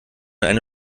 eine